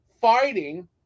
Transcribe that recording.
fighting